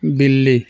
बिल्ली